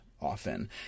often